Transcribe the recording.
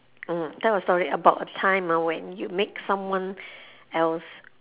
um tell a story about a time ah when you make someone else